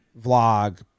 Vlog